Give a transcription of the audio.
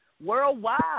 worldwide